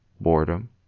boredom